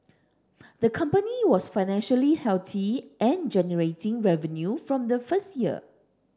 the company was financially healthy and generating revenue from the first year